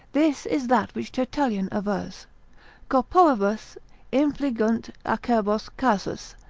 this is that which tertullian avers, corporibus infligunt acerbos casus,